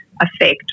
effect